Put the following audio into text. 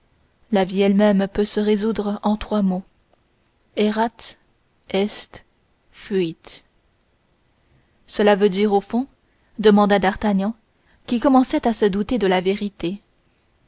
la vie ellemême peut se résoudre en trois mots erat est fuit cela veut dire au fond demanda d'artagnan qui commençait à se douter de la vérité